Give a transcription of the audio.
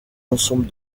ensemble